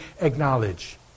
acknowledge